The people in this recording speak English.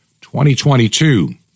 2022